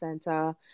center